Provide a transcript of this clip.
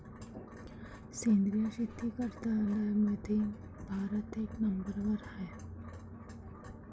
सेंद्रिय शेती करनाऱ्याईमंधी भारत एक नंबरवर हाय